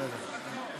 בסדר.